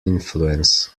influence